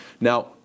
Now